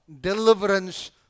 deliverance